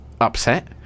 upset